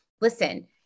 listen